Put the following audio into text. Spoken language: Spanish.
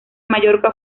mallorca